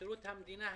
שירות המדינה,